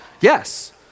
yes